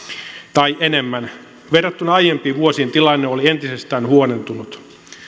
tai enemmän verrattuna aiempiin vuosiin tilanne oli entisestään huonontunut